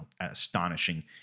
astonishing